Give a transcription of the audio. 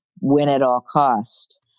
win-at-all-cost